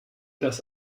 das